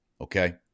okay